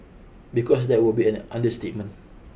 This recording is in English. because that would be an understatement